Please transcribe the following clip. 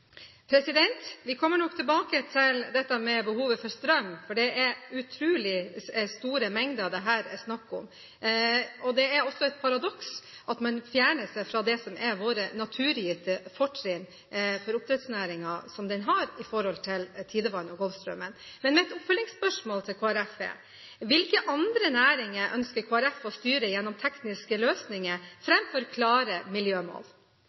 Vi kommer nok tilbake til dette med behovet for strøm, for det er utrolig store mengder det her er snakk om. Det er også et paradoks at man fjerner seg fra det som er våre naturgitte fortrinn for oppdrettsnæringen, som er tidevann og Golfstrømmen. Mitt oppfølgingsspørsmål til Kristelig Folkeparti er: Hvilke andre næringer ønsker Kristelig Folkeparti å styre gjennom tekniske løsninger, framfor klare miljømål?